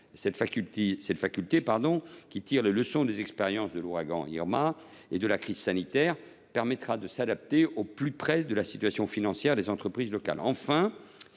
Cette faculté, qui tire les leçons des expériences de l’ouragan Irma et de la crise sanitaire, permettra de s’adapter au plus près à la situation financière des entreprises locales.